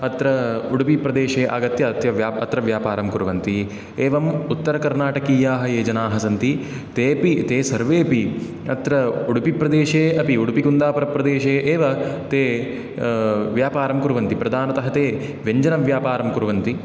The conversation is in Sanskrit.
अत्र उडुपिप्रदेशे आगत्य अत्य व्याप अत्र व्यापारं कुर्वन्ति एवम् उत्तरकर्नाटकीयाः ये जनाः सन्ति तेपि ते सर्वेपि अत्र उडुपिप्रदेशे अपि उडुपिकुन्दापुरप्रदेशे एव ते व्यापारं कुर्वन्ति प्रदानतः ते व्यञ्जनव्यापारं कुर्वन्ति